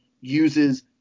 uses